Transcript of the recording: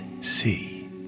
see